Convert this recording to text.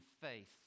faith